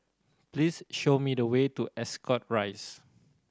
please show me the way to Ascot Rise